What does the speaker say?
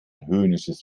höhnisches